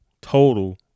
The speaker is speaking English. total